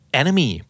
enemy